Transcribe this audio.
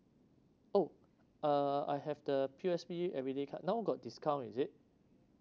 oh uh I have the P_O_S_B everyday card now got discount is it